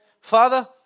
Father